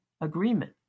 agreement